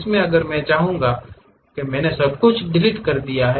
इसमें अगर मैं चाहूंगा क्योंकि मैंने सब कुछ डिलीट कर दिया है